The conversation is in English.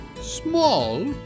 Small